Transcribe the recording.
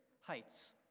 heights